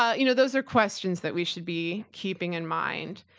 ah you know those are questions that we should be keeping in mind.